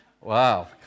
Wow